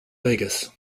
vegas